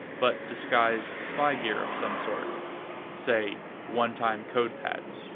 but disguised spy gear of some sort say one-time code pads?